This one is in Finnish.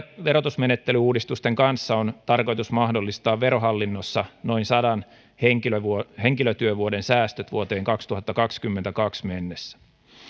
verotusmenettelyuudistusten kanssa on tarkoitus mahdollistaa verohallinnossa noin sadan henkilötyövuoden henkilötyövuoden säästöt vuoteen kaksituhattakaksikymmentäkaksi mennessä